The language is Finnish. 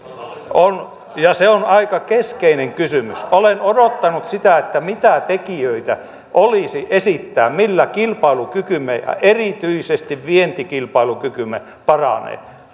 ja se on aika keskeinen kysymys olen odottanut mitä tekijöitä olisi esittää millä kilpailukykymme ja erityisesti vientikilpailukykymme paranee